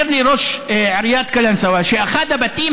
אומר לי ראש עיריית קלנסווה שאחד הבתים,